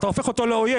אתה הופך אותו לאויב.